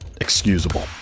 excusable